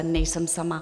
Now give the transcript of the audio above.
Nejsem sama.